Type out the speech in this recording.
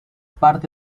parte